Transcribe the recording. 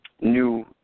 new